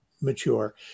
mature